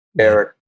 Eric